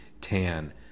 Tan